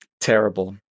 terrible